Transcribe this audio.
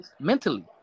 Mentally